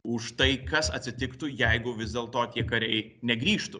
už tai kas atsitiktų jeigu vis dėlto tie kariai negrįžtų